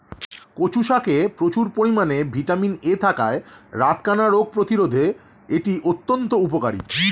কচু শাকে প্রচুর পরিমাণে ভিটামিন এ থাকায় রাতকানা রোগ প্রতিরোধে করতে এটি অত্যন্ত উপকারী